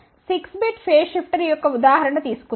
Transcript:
6 bit phase shifter యొక్క ఉదాహరణ తీసుకుందాం